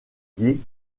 guet